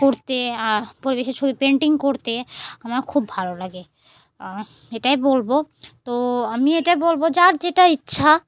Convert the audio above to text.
করতে পরিবেশের ছবি পেন্টিং করতে আমার খুব ভালো লাগে এটাই বলব তো আমি এটাই বলব যার যেটা ইচ্ছা